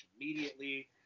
immediately